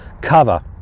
cover